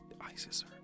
ISIS